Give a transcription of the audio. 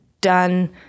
done